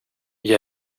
mis